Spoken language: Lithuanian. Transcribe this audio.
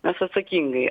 mes atsakingai